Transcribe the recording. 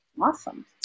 Awesome